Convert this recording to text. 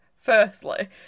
firstly